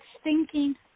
stinking